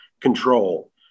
control